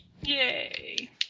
Yay